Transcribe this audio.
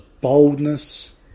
boldness